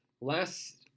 last